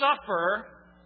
suffer